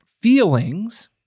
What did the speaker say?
feelings